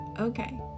Okay